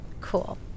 Cool